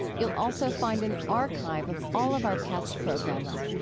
you'll also find an archive of all of our past programs.